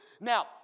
Now